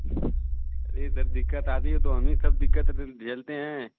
अरे सर दिक्कत आती है तो हम ही सर दिक्कत हाई फिर झेलते हैं